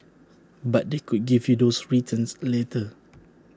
but they could give you those returns later